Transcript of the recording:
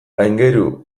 aingeru